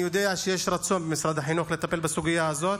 אני יודע שיש רצון במשרד החינוך לטפל בסוגיה הזאת,